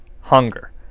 hunger